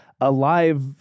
alive